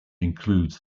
includes